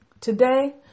Today